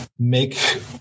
Make